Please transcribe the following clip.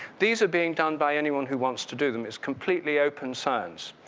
these are being done by anyone who wants to do them, it's completely open science.